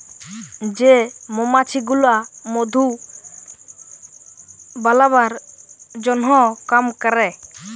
যে মমাছি গুলা মধু বালাবার জনহ কাম ক্যরে